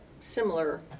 similar